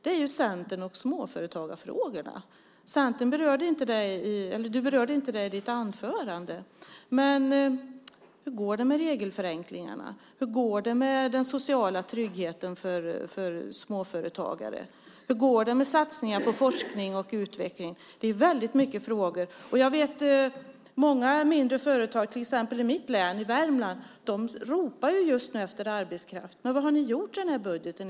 Det handlar om Centern och småföretagarfrågorna. Du berörde inte det i ditt anförande. Hur går det med regelförenklingarna? Hur går det med den sociala tryggheten för småföretagare? Hur går det med satsningar på forskning och utveckling? Det är väldigt många frågor. Jag vet att många mindre företag, till exempel i mitt hemlän Värmland, just nu ropar efter arbetskraft. Men vad har ni gjort i den här budgeten?